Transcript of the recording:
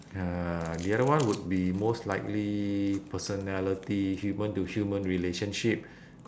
uh the other one would be most likely personality human to human relationship